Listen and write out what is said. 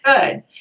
good